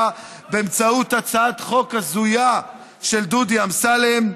באמצעות הצעת חוק הזויה של דודי אמסלם,